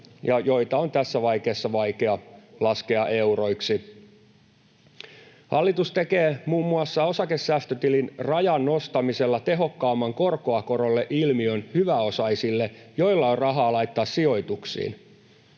joita on tässä vaikea laskea euroiksi. Hallitus tekee muun muassa osakesäästötilin rajan nostamisella tehokkaamman korkoa korolle ‑ilmiön hyväosaisille, joilla on rahaa laittaa sijoituksiin.